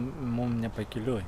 mum nepakeliuj